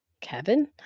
Kevin